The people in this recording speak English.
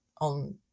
on